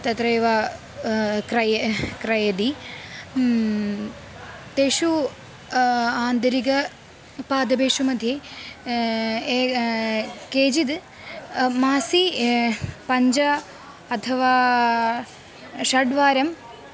तत्रैव क्रयणं क्रयति तेषु आन्तरिकपादपेषु मध्ये एकं केचिद् मासे पञ्च अथवा षड्वारं